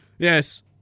Yes